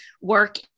work